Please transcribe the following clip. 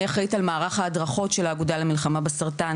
אני אחראית על מערך ההדרכות של האגודה למלחמה בסרטן,